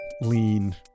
lean